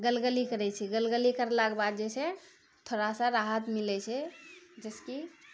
गलगली करै छै गलगली करलाके बाद जे छै थोड़ा सा राहत मिलै छै जाहिसँ कि